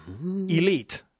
Elite